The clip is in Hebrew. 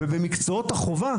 ויעשה בחינה במקצועות החובה,